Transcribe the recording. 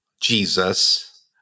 Jesus